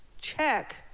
check